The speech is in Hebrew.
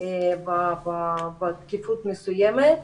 בדחיפות מסוימת,